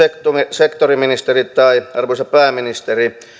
sektoriministeri tai arvoisa pääministeri